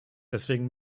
deswegen